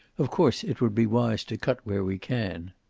of course it would be wise to cut where we can.